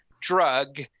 Drug